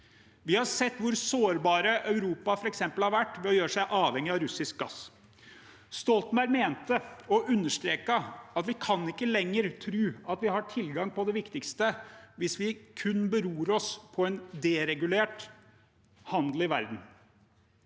Vi har sett hvor sårbar f.eks. Europa har vært ved å gjøre seg avhengig av russisk gass. Stoltenberg mente og understreket at vi ikke lenger kan tro at vi har tilgang på det viktigste hvis vi kun beror på en deregulert handel i verden.